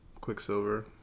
Quicksilver